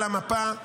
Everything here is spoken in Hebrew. על המפה,